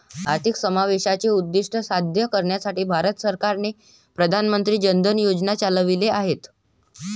आर्थिक समावेशाचे उद्दीष्ट साध्य करण्यासाठी भारत सरकारने प्रधान मंत्री जन धन योजना चालविली आहेत